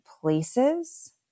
places